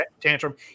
tantrum